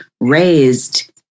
raised